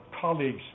colleagues